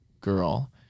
girl